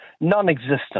non-existent